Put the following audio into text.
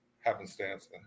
Happenstance